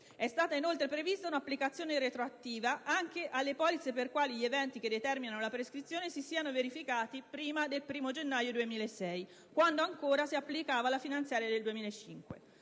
prevista inoltre un'applicazione retroattiva anche alle polizze per le quali gli eventi che determinano la prescrizione si siano verificati prima del 1° gennaio 2006, quando ancora si applicava la finanziaria del 2005.